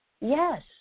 Yes